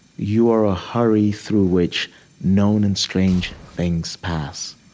you are a hurry through which known and strange things pass.